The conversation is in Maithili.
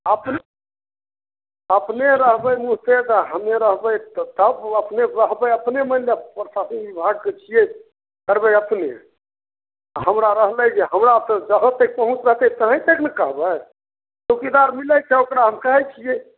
अपने अपने रहबै मुस्तैद हम्मे रहबै तब अपने रहबै अपने मानि लिअ प्रशासन बिभागके छियै करबै अपने हमरा रहलै जे हमरा तऽ जहाँ तक पहुँच रहतै तही तक ने कहबै चौकीदार मिलै छै ओकरा हम कहै छियै